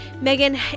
Megan